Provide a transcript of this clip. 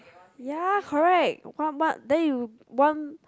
ya correct one month then you one